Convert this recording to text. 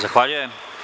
Zahvaljujem.